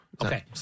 Okay